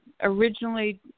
originally